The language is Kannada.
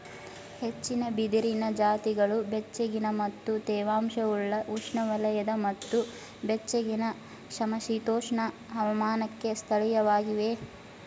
ಹೆಚ್ಚಿನ ಬಿದಿರಿನ ಜಾತಿಗಳು ಬೆಚ್ಚಗಿನ ಮತ್ತು ತೇವಾಂಶವುಳ್ಳ ಉಷ್ಣವಲಯದ ಮತ್ತು ಬೆಚ್ಚಗಿನ ಸಮಶೀತೋಷ್ಣ ಹವಾಮಾನಕ್ಕೆ ಸ್ಥಳೀಯವಾಗಿವೆ